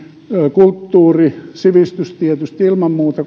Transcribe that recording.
kulttuuri tietysti ilman muuta